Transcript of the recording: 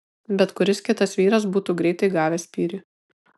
bet kuris kitas vyras būtų greitai gavęs spyrį